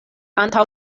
antaŭ